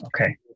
Okay